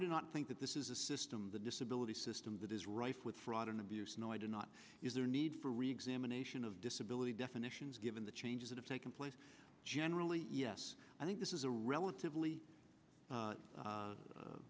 do not think that this is a system the disability system that is rife with fraud and abuse no i do not is there a need for a examination of disability definitions given the changes that have taken place generally yes i think this is a relatively